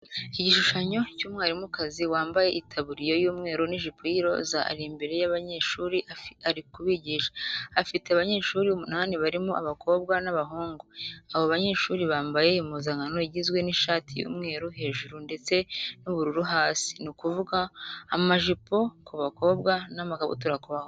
Igishushanyo cy'umwarimukazi wambaye itaburiya y'umweru n'ijipo y'iroza ari imbere y'abanyeshuri ari kubigisha. Afite abanyeshuri umunani barimo abakobwa n'abahungu. Abo banyeshuri bambaye impuzankano igizwe n'ishati y'umweru hejuru ndetse n'ubururu hasi, ni ukuvuga amajipo ku bakobwa n'amakabutura ku bahungu.